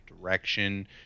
direction